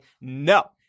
No